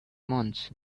months